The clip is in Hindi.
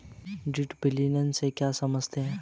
डिडक्टिबल से आप क्या समझते हैं?